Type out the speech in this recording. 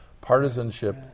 partisanship